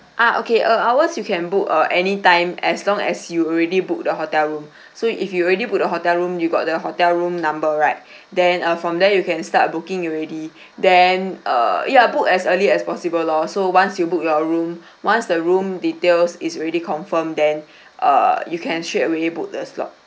ah okay uh hours you can book uh anytime as long as you already book the hotel room so if you already book the hotel room you got the hotel room number right then uh from there you can start booking already then err ya book as early as possible lor so once you book your room once the room details is already confirm then err you can straightaway book the slot